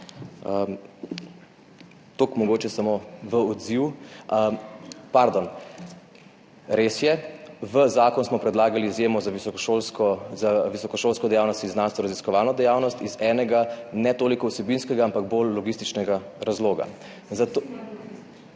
Toliko mogoče samo v odziv. Pardon, res je, v zakonu smo predlagali izjemo za visokošolsko dejavnost in znanstvenoraziskovalno dejavnost iz enega, ne toliko vsebinskega, ampak bolj logističnega razloga.